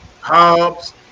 Hobbs